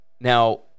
Now